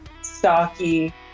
stocky